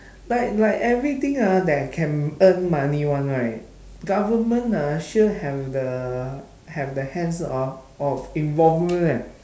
like like everything ah that can earn money [one] right government ah sure have the have the hands hor of involvement [one]